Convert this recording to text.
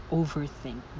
overthink